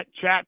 chat